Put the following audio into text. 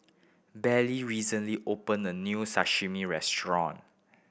Belle recently open a new Sashimi Restaurant